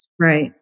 right